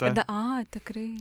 tada a tikrai